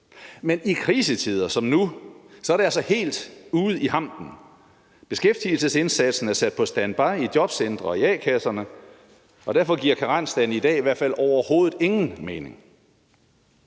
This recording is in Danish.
Men i krisetider som nu er det altså helt ude i hampen: Beskæftigelsesindsatsen er sat på standby i jobcentrene og i a-kasserne, og derfor giver karensdagen i hvert fald i dag overhovedet ingen mening.